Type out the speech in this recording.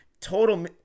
total –